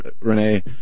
Renee